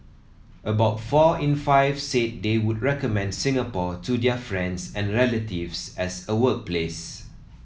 about four in five said they would recommend Singapore to their friends and relatives as a workplace